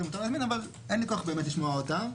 אבל אין לי כוח באמת לשמוע אותם,